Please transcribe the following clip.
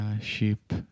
Sheep